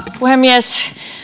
puhemies